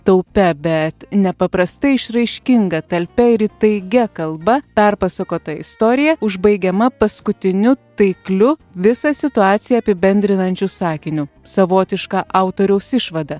taupia bet nepaprastai išraiškinga talpia ir įtaigia kalba perpasakota istorija užbaigiama paskutiniu taikliu visą situaciją apibendrinančiu sakiniu savotiška autoriaus išvada